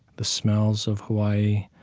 the smells of hawaii,